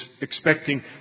expecting